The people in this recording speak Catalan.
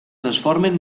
transformen